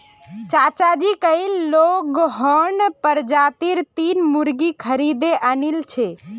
चाचाजी कइल लेगहॉर्न प्रजातीर तीन मुर्गि खरीदे आनिल छ